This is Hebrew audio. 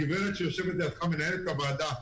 הגברת שיושבת לידך, מנהלת הוועדה,